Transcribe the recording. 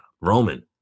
Roman